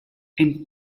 and